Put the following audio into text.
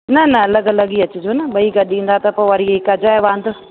न न अलॻि अलॻि ही अचिजो न ॿई गॾु ईंदा त पोइ वरी हिकु अजायो वांदो